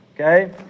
Okay